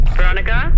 Veronica